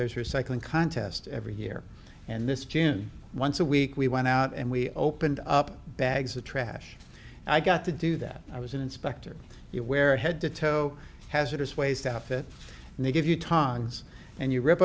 there's recycling contest every year and this june once a week we went out and we opened up bags of trash i got to do that i was an inspector you wear a head to toe hazardous waste outfit and they give you tongs and you rip